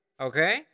okay